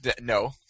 No